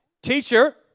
Teacher